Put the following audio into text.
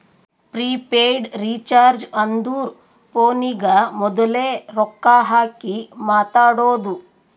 prepaid recharge ಅಂದುರ್ ಫೋನಿಗ ಮೋದುಲೆ ರೊಕ್ಕಾ ಹಾಕಿ ಮಾತಾಡೋದು